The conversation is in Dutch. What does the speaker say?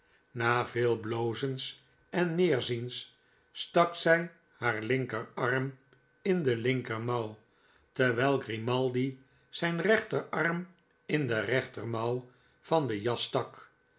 na veel blozens en neerziens stak zij haar linkerarm in de linkermouw terwijl grimaldi zijn rechterarm in de rechtermouw van de jas stak